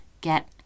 get